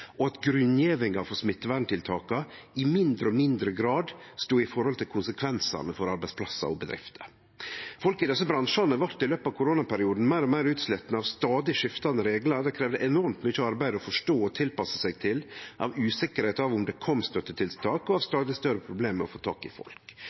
og at grunngjevinga for smitteverntiltaka i mindre og mindre grad stod i forhold til konsekvensane for arbeidsplassar og bedrifter. Folk i desse bransjane vart i løpet av koronaperioden meir og meir utslitne av stadig skiftande reglar som det kravde enormt mykje arbeid å forstå og tilpasse seg til, av usikkerheita rundt om det kom støttetiltak, og av